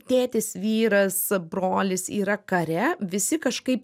tėtis vyras brolis yra kare visi kažkaip